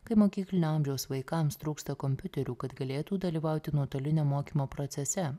kai mokyklinio amžiaus vaikams trūksta kompiuterių kad galėtų dalyvauti nuotolinio mokymo procese